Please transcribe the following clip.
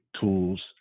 tools